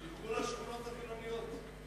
שילכו לשכונות החילוניות.